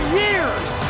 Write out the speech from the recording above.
years